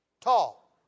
Tall